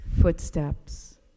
Footsteps